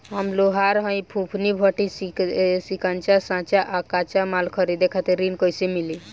हम लोहार हईं फूंकनी भट्ठी सिंकचा सांचा आ कच्चा माल खरीदे खातिर ऋण कइसे मिली?